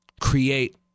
create